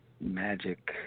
magic